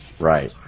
Right